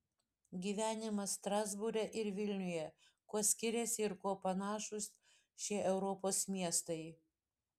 gyvenimas strasbūre ir vilniuje kuo skiriasi ir kuo panašūs šie europos miestai